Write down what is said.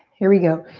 here we go.